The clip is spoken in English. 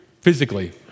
Physically